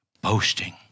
Boasting